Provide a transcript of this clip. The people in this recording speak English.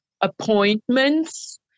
appointments